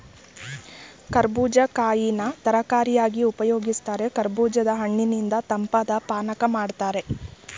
ಕರ್ಬೂಜ ಕಾಯಿನ ತರಕಾರಿಯಾಗಿ ಉಪಯೋಗಿಸ್ತಾರೆ ಕರ್ಬೂಜದ ಹಣ್ಣಿನಿಂದ ತಂಪಾದ್ ಪಾನಕ ಮಾಡ್ತಾರೆ